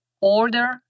order